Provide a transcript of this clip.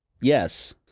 Yes